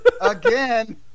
again